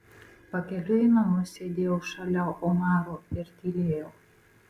pakeliui į namus sėdėjau šalia omaro ir tylėjau